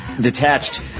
detached